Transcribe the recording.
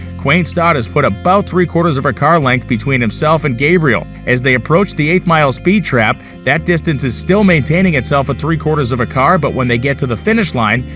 quain stott has put about three quarters of a car length between himself and gabriel. as they approach the eighth mile speed trap, that distance is still maintaining itself at three quarters of a car, but when they get to the finish line,